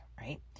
right